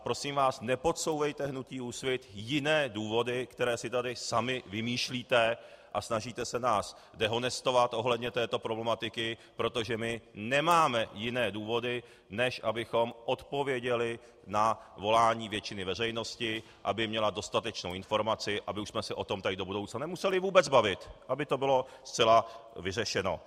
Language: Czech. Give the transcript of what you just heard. Prosím, nepodsouvejte hnutí Úsvit jiné důvody, které si tady sami vymýšlíte, a snažíte se nás dehonestovat ohledně této problematiky, protože my nemáme jiné důvody, než abychom odpověděli na volání většiny veřejnosti, aby měla dostatečnou informaci, abychom se tady do budoucna už o tom nemuseli vůbec bavit, aby to bylo zcela vyřešeno.